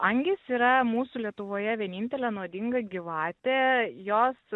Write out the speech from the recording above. angys yra mūsų lietuvoje vienintelė nuodinga gyvatė jos